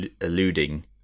alluding